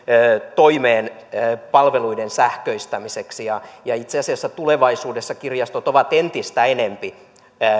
toimeen palveluiden sähköistämiseksi itse asiassa tulevaisuudessa kirjastot ovat entistä enempi